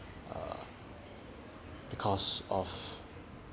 err because of